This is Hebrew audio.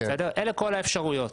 אלה כל האפשרויות.